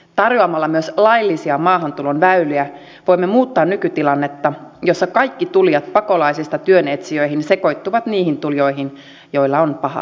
tarjoamalla myös laillisia maahantulon väyliä voimme muuttaa nykytilannetta jossa kaikki tulijat pakolaisista työn etsijöihin sekoittuvat niihin tulijoihin joilla on pahat mielessään